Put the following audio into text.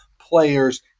players